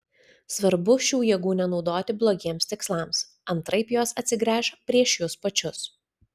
svarbu šių jėgų nenaudoti blogiems tikslams antraip jos atsigręš prieš jus pačius